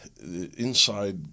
inside